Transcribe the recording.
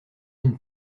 une